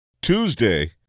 Tuesday